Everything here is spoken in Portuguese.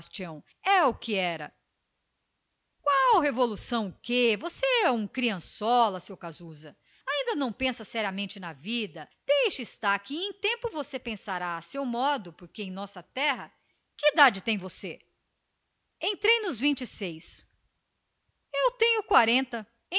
é do que precisamos qual revolução o quê você é uma criançola seu casusa e ainda não pensa seriamente na vida deixe estar que em tempo julgará as coisas a meu modo porque em nossa terra que idade tem você entrei nos vinte e seis eu tenho quarenta